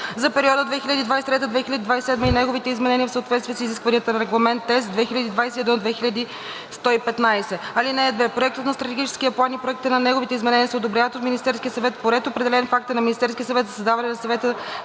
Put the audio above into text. за периода 2023 – 2027 г. и неговите изменения в съответствие с изискванията на Регламент (ЕС) 2021/2115. (2) Проектът на Стратегическия план и проектите на неговите изменения се одобряват от Министерския съвет по ред, определен в акта на Министерския съвет за създаване на Съвета